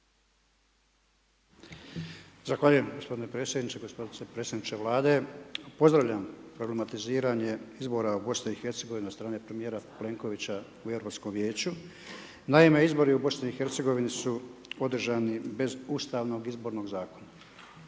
Zahvaljujem gospodine predsjedniče, gospodine predsjedniče Vlade, pozdravljam problematiziranje izbora u BiH od strane premijera Plenkovića u Europskom vijeću. Naime, izbori u BiH su održani bez Ustavnog izbornog zakona.